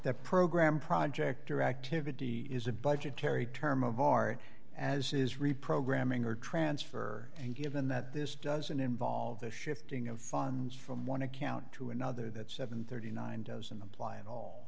that program project or activity is a budgetary term of art as is reprogramming or transfer and given that this doesn't involve the shifting of funds from one account to another that seven hundred and thirty nine doesn't apply at all